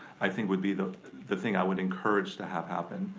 i think would be the the thing i would encourage to have happen.